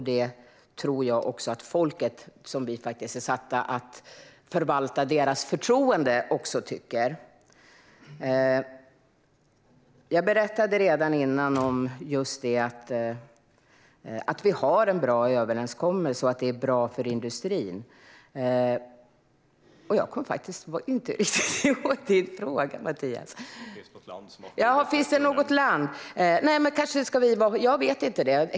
Det tror jag att också folket tycker, och vi är faktiskt satta att förvalta folkets förtroende. Jag berättade tidigare om att vi har en bra överenskommelse och att den är bra för industrin. Mattias Bäckström Johansson frågade om det finns något land som har förbjudit ett enskilt grundämne.